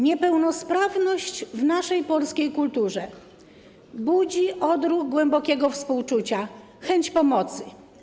Niepełnosprawność w naszej polskiej kulturze budzi odruch głębokiego współczucia i chęć pomocy.